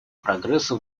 прогресса